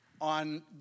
on